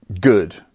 good